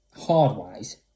hard-wise